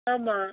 ஆமாம்